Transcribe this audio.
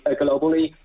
globally